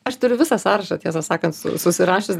aš turiu visą sąrašą tiesą sakant su susirašius